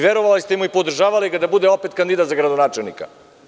Verovali ste mu i podržavali ga da bude opet kandidat za gradonačelnika.